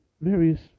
various